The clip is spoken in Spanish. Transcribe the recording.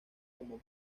como